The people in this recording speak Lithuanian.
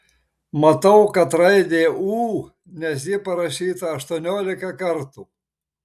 matau kad raidė ū nes ji parašyta aštuoniolika kartų